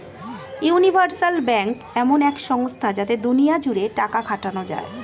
universal bank এমন এক সংস্থা যাতে দুনিয়া জুড়ে টাকা খাটানো যায়